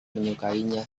menyukainya